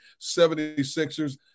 76ers